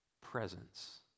presence